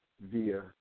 via